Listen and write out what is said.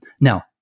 now